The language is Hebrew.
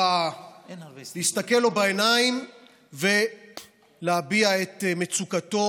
להסתכל לו בעיניים ולהביע את מצוקתו?